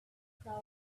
crowd